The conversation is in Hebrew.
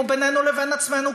הוא בינינו לבין עצמנו,